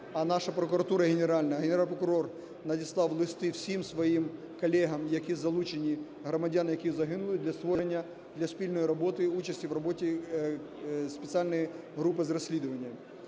А наша прокуратура Генеральна, Генеральний прокурор надіслав листи всім своїм колегам, які залучені, громадян, які загинули, для створення, для спільної роботи і участі в роботі спеціальної групи з розслідування.